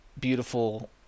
beautiful